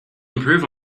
improve